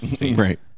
Right